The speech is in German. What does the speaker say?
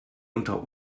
unter